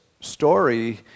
story